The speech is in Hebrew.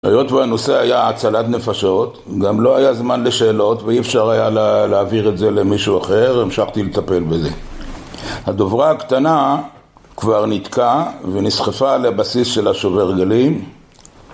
היות והנושא היה הצלת נפשות, גם לא היה זמן לשאלות, ואי אפשר היה להעביר את זה למישהו אחר, המשכתי לטפל בזה. הדוברה הקטנה כבר ניתקה, ונסחפה לבסיס של השובר גלים